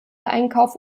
einkauf